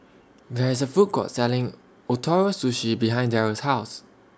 There IS A Food Court Selling Ootoro Sushi behind Darrel's House